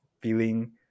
feeling